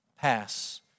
pass